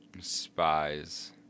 Spies